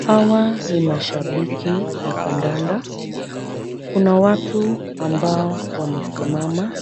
Hawa ni mashabiki wa kandanda . Kuna watu ambao wamesimama